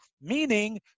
Meaning